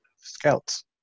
scouts